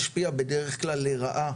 משפיע בדרך כלל לרעה